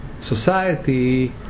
society